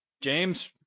James